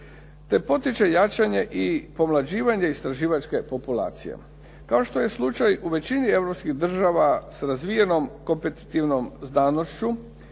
te potiče jačanje i pomlađivanje istraživačke populacije. Kao što je slučaj u većini europskih država s razvijenom kompetitivnom znanošću